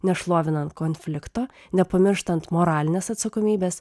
nešlovinant konflikto nepamirštant moralinės atsakomybės